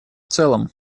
целом